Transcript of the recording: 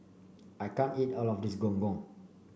I can't eat all of this Gong Gong